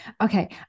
okay